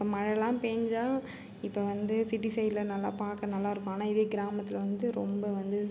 இப்போ மழையெலாம் பேய்ஞ்சால் இப்போ வந்து சிட்டி சைடில் நல்லா பார்க்க நல்லாயிருக்கும் ஆனால் இதுவே கிராமத்தில் வந்து ரொம்ப வந்து